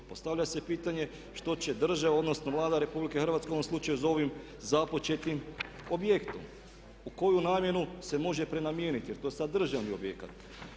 Postavlja se pitanje što će država, odnosno Vlada RH u ovom slučaju s ovim započetim objektom, u koju namjenu se može prenamijeniti jer to je sad državni objekat.